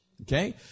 Okay